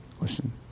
listen